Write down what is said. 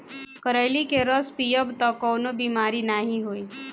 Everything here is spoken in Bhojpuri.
करइली के रस पीयब तअ कवनो बेमारी नाइ होई